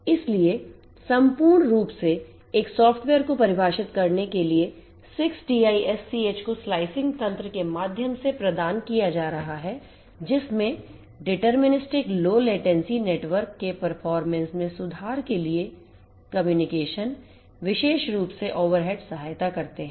इसलिए सम्पूर्ण रूप से एक सॉफ्टवेयर को परिभाषित करने के लिए 6TiSCH को स्लाइसिंग तंत्र के माध्यम से प्रदान किया जा रहा है जिसमेdeterministic low latency नेटवर्क के performance में सुधार के लिए commuication विशेष रूप से ओवरहेड सहायता करते हैं